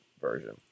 version